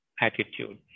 attitude